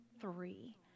three